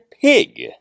Pig